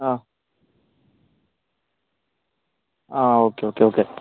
ആ ആ okay okay okay